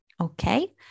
Okay